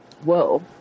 whoa